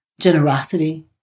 generosity